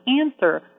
answer